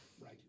Right